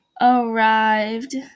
arrived